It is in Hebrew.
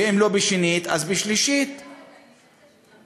ואם לא בשנית אז בשלישית וברביעית.